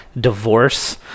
divorce